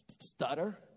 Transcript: stutter